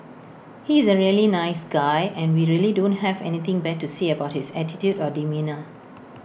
he is A really nice guy and we really don't have anything bad to say about his attitude or demeanour